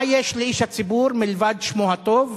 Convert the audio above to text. מה יש לאיש הציבור מלבד שמו הטוב,